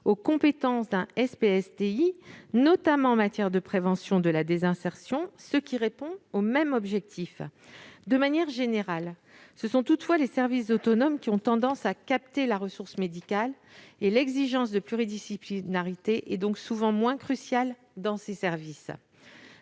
aux compétences d'un SPSTI, notamment en matière de prévention de la désinsertion professionnelle, ce qui répond au même objectif. De manière générale, ce sont toutefois les services autonomes qui ont tendance à capter la ressource médicale. L'exigence de pluridisciplinarité y est donc souvent moins cruciale. Par ailleurs,